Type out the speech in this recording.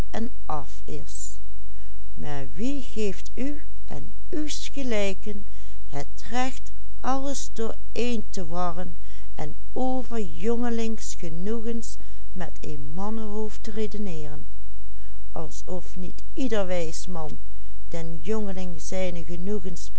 geeft u en uws gelijken het recht alles dooreen te warren en over jongelingsgenoegens met een mannenhoofd te redeneeren alsof niet ieder wijs man den jongeling zijne genoegens